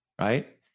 right